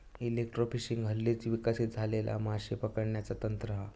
electrofishing हल्लीच विकसित झालेला माशे पकडण्याचा तंत्र हा